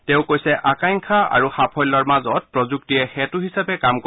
তেওঁ কৈছে আকাংখ্যা আৰু সাফল্যৰ মাজত প্ৰযুক্তিয়ে সেতু হিচাপে কাম কৰে